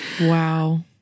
Wow